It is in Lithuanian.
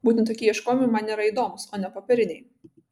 būtent tokie ieškojimai man yra įdomūs o ne popieriniai